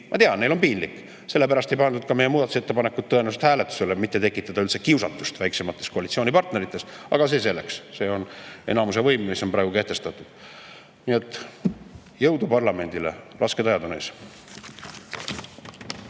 Ma tean, neil on piinlik. Sellepärast ei pandud ka meie muudatusettepanekut tõenäoliselt hääletusele, et mitte tekitada üldse kiusatust väiksemates koalitsioonipartnerites. Aga see selleks. See on enamuse võim, mis on praegu kehtestatud. Nii et jõudu parlamendile! Rasked ajad on ees.